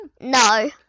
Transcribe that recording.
no